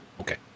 Okay